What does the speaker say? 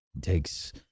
takes